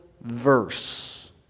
verse